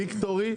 ויקטורי,